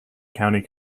county